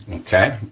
okay?